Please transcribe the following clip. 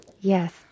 Yes